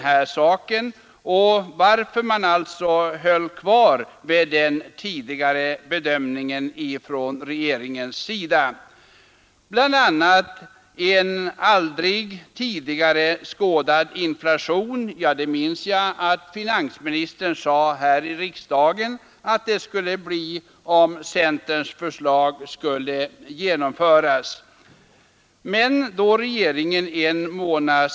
Vi skulle få en aldrig tidigare skådad inflation, om centerns förslag antogs, det minns jag att finansministern sade här i riksdagen. I dag har vi hört finansministerns förklaring till att regeringen höll fast vid den tidigare bedömningen.